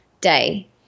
day